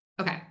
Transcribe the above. Okay